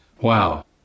Wow